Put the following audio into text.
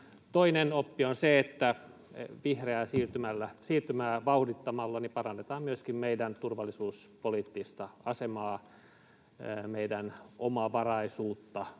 Toinen oppi on se, että vihreää siirtymää vauhdittamalla parannetaan myöskin meidän turvallisuuspoliittista asemaamme, meidän omavaraisuuttamme,